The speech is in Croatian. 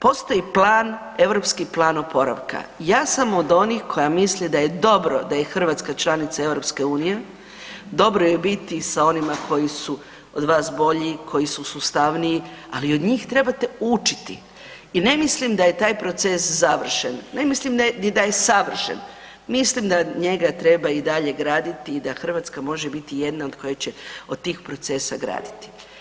Postoji plan, europski plan oporavka, ja sam od onih koja misli da je dobro da je Hrvatska članica EU, dobro je biti sa onima koji su od vas bolji, koji su sustavniji, ali od njih trebate učiti i ne mislim da je taj proces završen, ne mislim ni da je savršen, mislim da njega treba i dalje graditi i da Hrvatska može biti jedna od koje će od tih procesa graditi.